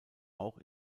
auch